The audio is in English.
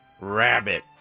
Rabbit